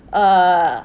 uh